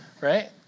right